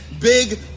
big